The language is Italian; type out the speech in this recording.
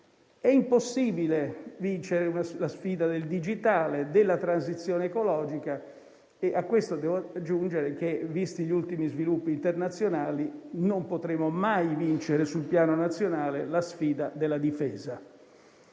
È impossibile vincere la sfida del digitale, della transizione ecologica e a questo devo aggiungere che, visti gli ultimi sviluppi internazionali, non potremo mai vincere sul piano nazionale la sfida della Difesa.